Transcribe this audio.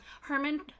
Herman